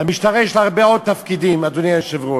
למשטרה יש עוד הרבה תפקידים, אדוני היושב-ראש.